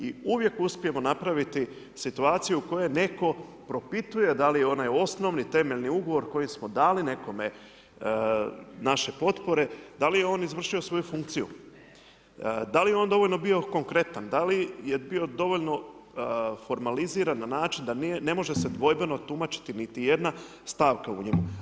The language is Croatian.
I uvijek uspijemo napraviti situaciju u kojoj netko propituje da li onaj osnovni temeljni ugovor koji smo dali nekome naše potpore, da li je on izvršio svoju funkciju, da li je on dovoljno biti konkretan, da li je bio dovoljno formaliziran na način da ne može se dvojbeno tumačiti niti jedna stanka u njemu.